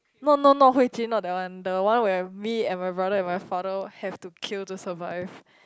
no no no Hui-Jun not that one the one where me and my brother and my father have to kill to survive